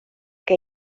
que